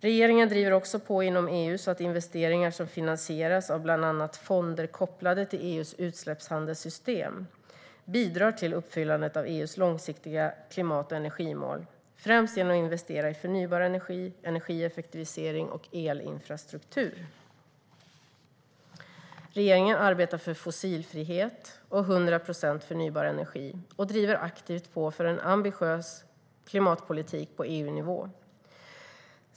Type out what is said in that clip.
Regeringen driver också på inom EU så att investeringar som finansieras av bland annat fonder kopplade till EU:s utsläppshandelssystem bidrar till uppfyllandet av EU:s långsiktiga klimat och energimål, främst genom att investera i förnybar energi, energieffektivisering och elinfrastruktur. Regeringen arbetar för fossilfrihet och 100 procent förnybar energi och driver aktivt på för en ambitiös klimatpolitik på EU-nivå.